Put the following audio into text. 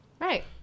right